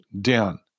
down